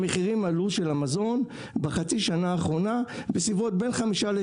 המחירים של המזון עלו בחצי השנה האחרונה בין 8%-5%.